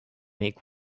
make